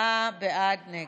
הצבעה, בעד, נגד.